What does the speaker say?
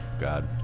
God